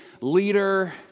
leader